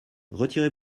retirez